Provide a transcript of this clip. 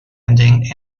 ending